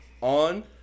on